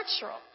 natural